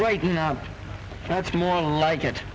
right now that's more like it